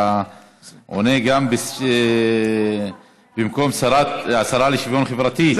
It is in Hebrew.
אתה עונה גם במקום השרה לשוויון חברתי,